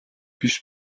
биш